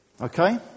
Okay